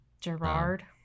Gerard